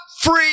free